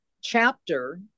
chapter